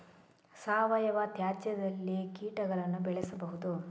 ಸಾವಯವ ತ್ಯಾಜ್ಯದಲ್ಲಿ ಕೀಟಗಳನ್ನು ಬೆಳೆಸಬಹುದು